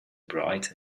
bright